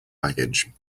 baggage